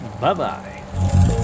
bye-bye